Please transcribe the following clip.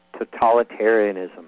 totalitarianism